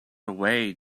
away